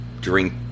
drink